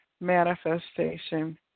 manifestation